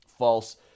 false